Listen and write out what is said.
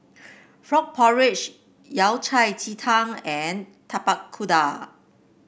Frog Porridge Yao Cai Ji Tang and Tapak Kuda